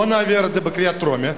בוא נעביר את זה בקריאה טרומית,